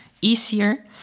easier